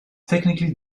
technically